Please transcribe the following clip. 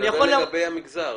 אני שואל לגבי המגזר.